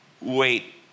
wait